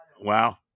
Wow